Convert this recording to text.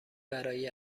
برای